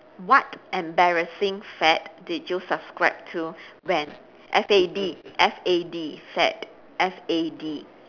what embarrassing fad did you subscribe to when F A D F A D fad F A D